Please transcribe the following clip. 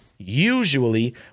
usually